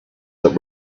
that